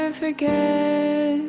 forget